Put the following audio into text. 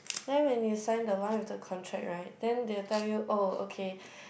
then when you sign the one with the contract right then they will tell you oh okay